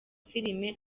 filime